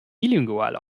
bilingual